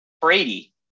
Brady